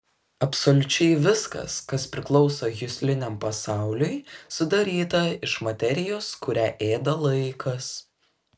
absoliučiai viskas kas priklauso jusliniam pasauliui sudaryta iš materijos kurią ėda laikas